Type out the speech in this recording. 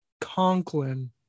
Conklin